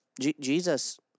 Jesus